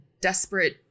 desperate